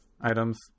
items